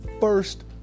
first